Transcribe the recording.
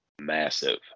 massive